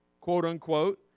quote-unquote